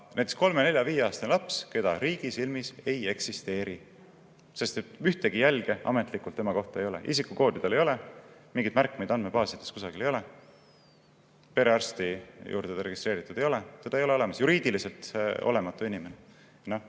aga on kolme-, nelja-, viieaastane laps, keda riigi silmis ei eksisteeri, sest ühtegi jälge ametlikult tema kohta ei ole. Isikukoodi tal ei ole, mingeid märkmeid andmebaasides kusagil ei ole, perearsti juurde ta registreeritud ei ole. Teda ei ole olemas, juriidiliselt olematu inimene.